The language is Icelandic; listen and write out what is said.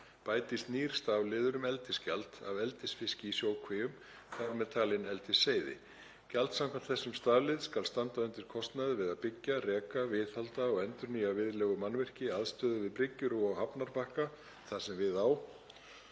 bætist nýr stafliður um eldisgjald af eldisfiski í sjókvíum, þar með talin eldisseiði. Gjald samkvæmt þessum staflið skal standa undir kostnaði við að byggja, reka, viðhalda og endurnýja viðlegumannvirki, aðstöðu við bryggjur og á hafnarbakka þar sem við á